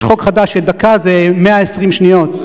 יש חוק חדש, שדקה זה 120 שניות.